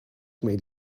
made